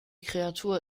kreatur